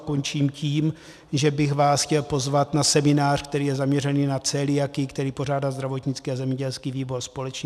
Končím tím, že bych vás chtěl pozvat na seminář, který je zaměřený na celiakii, který pořádá zdravotnický a zemědělský výbor společně.